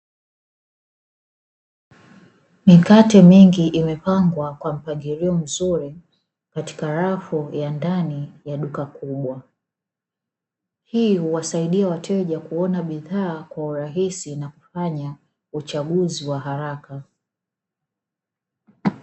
Mikate mingi imepangwa kwa mpangilio mzuri katika rafu ya ndani ya duka kubwa. Hii huwasaidia wateja kuona bidhaa kwa urahisi na kufanya uchaguzi wa haraka.